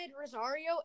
Rosario